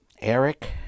Eric